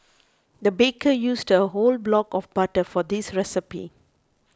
the baker used a whole block of butter for this recipe